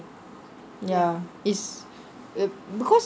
ya is because